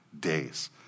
days